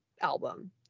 album